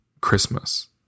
Christmas